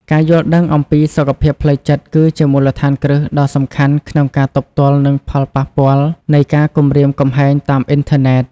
ការយល់ដឹងអំពីសុខភាពផ្លូវចិត្ត គឺជាមូលដ្ឋានគ្រឹះដ៏សំខាន់ក្នុងការទប់ទល់នឹងផលប៉ះពាល់នៃការគំរាមកំហែងតាមអ៊ីនធឺណិត។